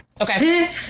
Okay